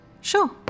Sure